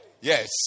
Yes